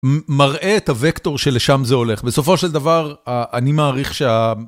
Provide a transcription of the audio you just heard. מראה את הוקטור שלשם זה הולך, בסופו של דבר אני מעריך שה...